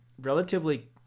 relatively